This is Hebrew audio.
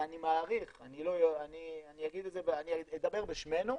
ואני מעריך, אני אדבר בשמנו,